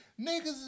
Niggas